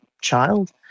child